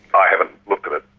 i haven't looked at it,